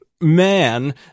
man